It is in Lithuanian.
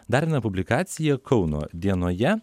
dar viena publikacija kauno dienoje